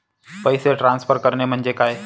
पैसे ट्रान्सफर करणे म्हणजे काय?